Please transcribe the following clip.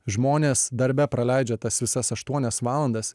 žmonės darbe praleidžia tas visas aštuonias valandas